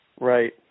Right